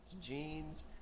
jeans